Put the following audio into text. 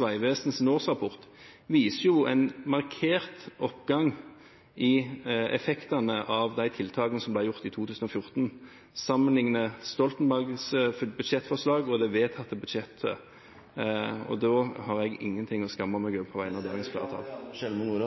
vegvesens årsrapport viser jo en markert oppgang i effektene av de tiltakene som ble gjort i 2014, og sammenligner Stoltenbergs budsjettforslag og det vedtatte budsjettet, og da har jeg ingen ting å skamme meg over.